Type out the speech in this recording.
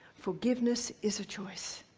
forgiveness is a choice.